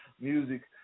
music